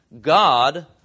god